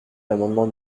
l’amendement